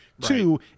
two